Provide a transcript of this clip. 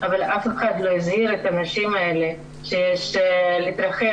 אבל אף אחד לא הזהיר את הנשים האלה שיש להתרחק